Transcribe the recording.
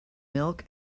milk